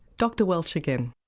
dr welch again.